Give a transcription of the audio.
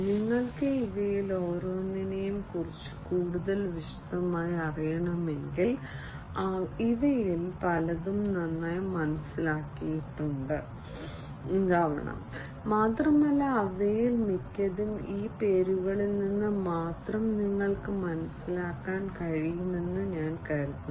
നിങ്ങൾക്ക് ഇവയിൽ ഓരോന്നിനെയും കുറിച്ച് കൂടുതൽ വിശദമായി അറിയണമെങ്കിൽ ഇവയിൽ പലതും നന്നായി മനസ്സിലാക്കിയിട്ടുണ്ട് മാത്രമല്ല അവയിൽ മിക്കതും ഈ പേരുകളിൽ നിന്ന് മാത്രം നിങ്ങൾക്ക് മനസ്സിലാക്കാൻ കഴിയുമെന്ന് ഞാൻ കരുതുന്നു